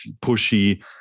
pushy